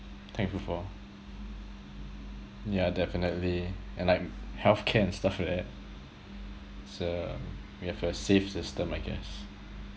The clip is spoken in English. thankful for yeah definitely and like healthcare and stuff like that so we have a safe system I guess